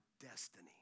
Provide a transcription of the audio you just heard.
destiny